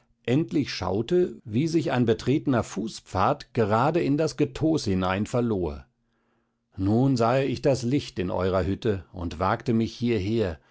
endlich schaute wie sich ein betretner fußpfad gerade in das getos hinein verlor nun sahe ich das licht in eurer hütte und wagte mich hierher